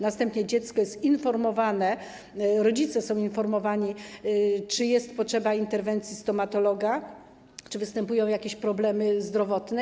Następnie dziecko jest informowane, rodzice są informowani, czy jest potrzeba interwencji stomatologa, czy występują jakieś problemy zdrowotne.